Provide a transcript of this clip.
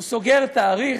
הוא סוגר תאריך,